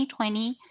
2020